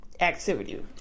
Activity